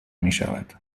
میشود